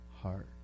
heart